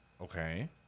okay